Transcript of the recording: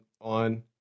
on